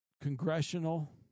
congressional